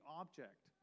object